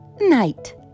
night